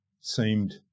seemed